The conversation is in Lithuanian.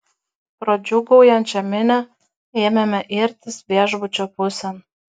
pro džiūgaujančią minią ėmėme irtis viešbučio pusėn